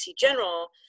General